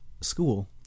school